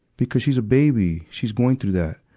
because she's a baby. she's going through that.